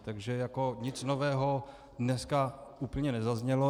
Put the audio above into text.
Takže nic nového dneska úplně nezaznělo.